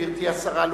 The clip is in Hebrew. גברתי השרה,